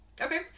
Okay